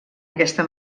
aquesta